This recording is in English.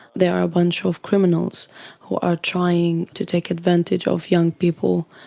they are a bunch of criminals who are trying to take advantage of young people,